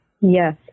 Yes